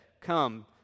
come